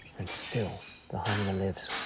and still the hyena lives.